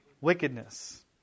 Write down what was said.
wickedness